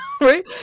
Right